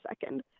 second